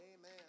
Amen